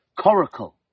coracle